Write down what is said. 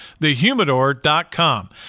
thehumidor.com